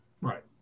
Right